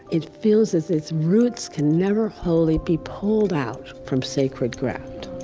it feels as its roots can never wholly be pulled out from sacred ground